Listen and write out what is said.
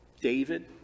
David